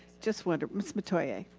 just wonderful. ms. metoyer.